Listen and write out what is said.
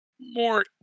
more